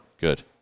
Good